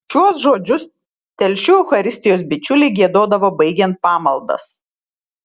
šiuos žodžius telšių eucharistijos bičiuliai giedodavo baigiant pamaldas